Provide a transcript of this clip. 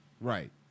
Right